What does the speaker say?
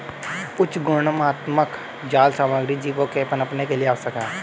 उच्च गुणवत्तापूर्ण जाल सामग्री जीवों के पनपने के लिए आवश्यक है